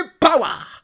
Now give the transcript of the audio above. power